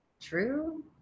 True